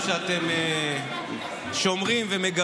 כבר עשית את זה בוועדת החוקה.